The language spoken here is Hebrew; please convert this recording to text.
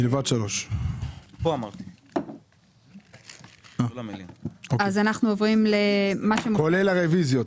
מלבד 3. כולל הרוויזיות.